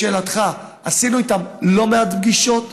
לשאלתך, עשינו איתם לא מעט פגישות.